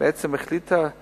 בעצם החליטה את